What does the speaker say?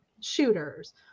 shooters